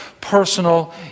personal